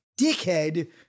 dickhead